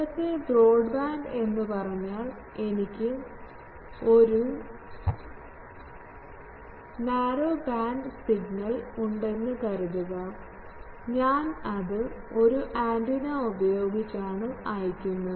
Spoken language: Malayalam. നേരത്തെ ബ്രോഡ്ബാൻഡ് എന്ന് പറഞ്ഞാൽ എനിക്ക് ഒരു ആ നാരോ ബാൻഡ് സിഗ്നൽ ഉണ്ടെന്ന് കരുതുക ഞാൻ അത് ഒരു ആന്റിന ഉപയോഗിച്ചാണ് അയയ്ക്കുന്നത്